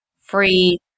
free